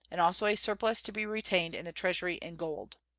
and also a surplus to be retained in the treasury in gold.